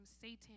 Satan